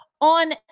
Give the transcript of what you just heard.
On